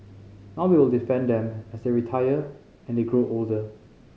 now we will defend them as they retire and they grow older